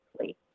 please